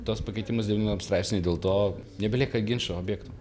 tuos pakeitimus devyniom straipsnyje dėl to nebelieka ginčo objekto